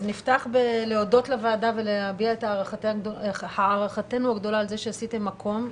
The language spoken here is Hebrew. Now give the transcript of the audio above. אז נפתח בלהודות לוועדה ולהביע את הערכתנו הגדולה על זה שעשיתם מקום.